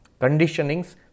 conditionings